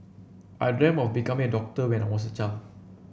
I dreamt of becoming a doctor when I was a child